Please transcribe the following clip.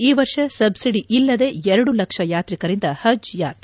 ಈ ವರ್ಷ ಸಬ್ಬಿದಿ ಇಲ್ಲದೆ ಎರಡು ಲಕ್ಷ ಯಾತ್ರಿಕರಿಂದ ಹಜ್ ಯಾತೆ